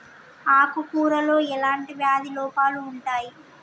ఆకు కూరలో ఎలాంటి వ్యాధి లోపాలు ఉంటాయి?